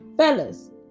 Fellas